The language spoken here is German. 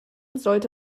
sollte